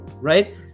right